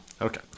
Okay